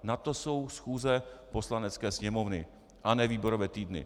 Na to jsou schůze Poslanecké sněmovny a ne výborové týdny.